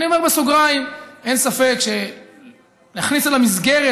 אני אומר בסוגריים: אין ספק שלהכניס אל המסגרת